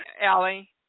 Allie